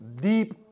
Deep